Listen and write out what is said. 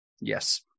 Yes